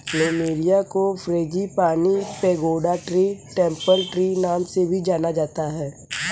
plumeria को frangipani, pagoda tree, temple tree नाम से भी जाना जाता है